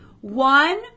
one